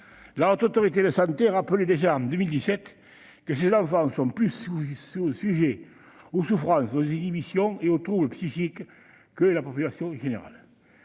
La Haute Autorité de santé le rappelait déjà en 2017, ces enfants sont plus sujets aux souffrances, inhibitions et troubles psychiques que la population générale.